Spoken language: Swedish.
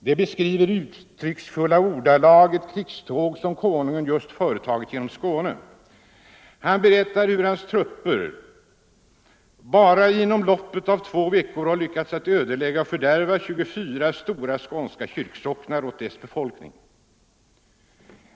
Det beskriver i uttrycksfulla ordalag ett krigståg som kungen just företagit genom Skåne. Han berättar hur hans trupper bara inom loppet av två veckor har lyckats helt ödelägga och fördärva 24 stora skånska kyrksocknar med dess befolkning.